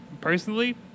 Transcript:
personally